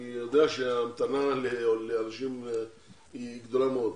אני יודע שההמתנה לאנשים היא גדולה מאוד.